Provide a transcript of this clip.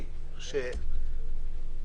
החרדית,